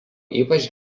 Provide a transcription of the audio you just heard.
ypač